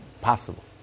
possible